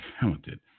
talented